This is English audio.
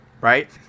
right